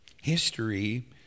history